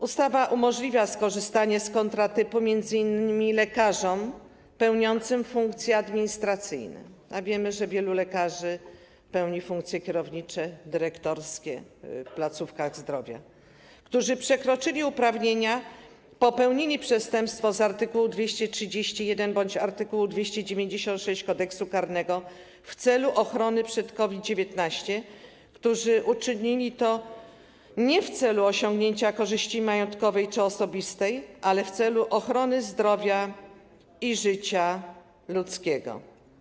Ustawa umożliwia skorzystanie z kontratypu m.in. lekarzom pełniącym funkcje administracyjne, a wiemy, że wielu lekarzy pełni funkcje kierownicze, dyrektorskie w placówkach zdrowia, którzy przekroczyli uprawnienia, popełnili przestępstwo z art. 231 bądź art. 96 Kodeksu karnego w celu ochrony przed COVID-19, i którzy uczynili to nie w celu osiągnięcia korzyści majątkowej czy osobistej, ale w celu ochrony zdrowia i życia ludzkiego.